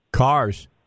Cars